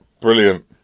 Brilliant